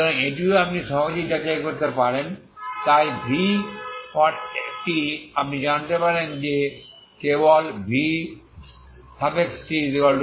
সুতরাং এটিও আপনি সহজেই যাচাই করতে পারেন তাই vtআপনি জানতে চান যে এটি কেবল vtaut